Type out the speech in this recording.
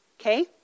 Okay